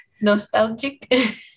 nostalgic